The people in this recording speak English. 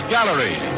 Gallery